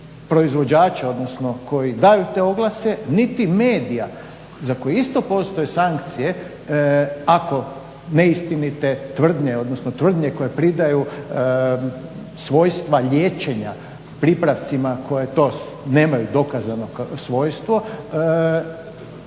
proizvođača odnosno koji daju te oglase niti medija za koje isto postoje sankcije ako ne istinite odnosno tvrdnje koje pridaju svojstva liječenja pripravcima koja to nemaju dokazano svojstvo